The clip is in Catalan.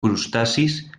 crustacis